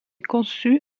conçu